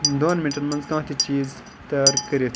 دۄن مِنٹن مَنٛز کانٛہہ تہِ چیٖز تَیار کٔرِتھ